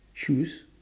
shoes